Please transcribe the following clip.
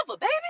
baby